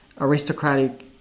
aristocratic